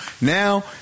Now